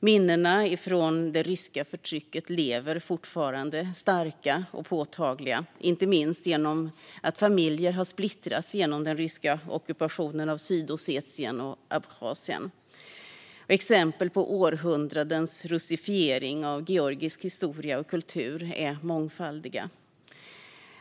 Minnena från det ryska förtrycket lever fortfarande starka och påtagliga, inte minst genom att familjer har splittrats genom den ryska ockupationen av Sydossetien och Abchazien. Exempel på århundradens russifiering av georgisk historia och kultur är mångfaldiga.